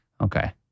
Okay